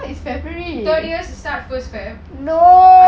thaddeus start first feb